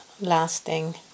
lasting